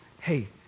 hey